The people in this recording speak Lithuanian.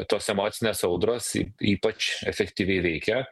tos emocinės audros y ypač efektyviai veikia